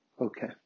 Okay